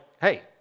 hey